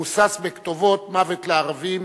רוסס בכתובות "מוות לערבים"